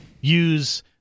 use